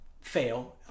fail